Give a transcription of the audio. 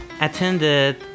attended